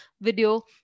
video